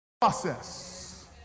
process